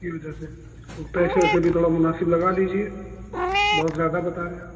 اس کی وجہ سے وہ پیسے ویسے بھی تھوڑا مناسب لگا لیجیے بہت زیادہ بتا رہے ہیں آپ